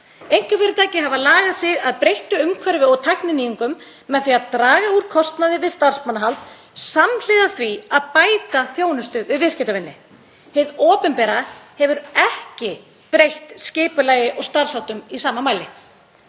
Einkafyrirtæki hafa lagað sig að breyttu umhverfi og tækninýjungum með því að draga úr kostnaði við starfsmannahald samhliða því að bæta þjónustu við viðskiptavini. Hið opinbera hefur ekki breytt skipulagi og starfsháttum í sama mæli.